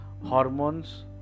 hormones